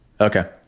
Okay